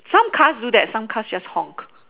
some cars do that some cars just honk